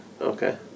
Okay